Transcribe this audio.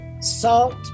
salt